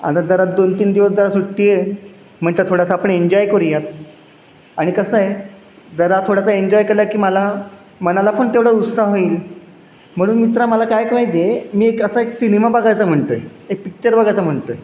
आता जरा दोन तीन दिवस जरा सुट्टी आहे म्हणटं थोडासा आपण एन्जॉय करूयात आणि कसं आहे जरा थोडासा एन्जॉय केला की मला मनाला पण तेवढं उत्साह येईल म्हणून मित्रा मला काय माहिती आहे मी एक असा एक सिनेमा बघायचा म्हणतो आहे एक पिक्चर बघायचा म्हणतो आहे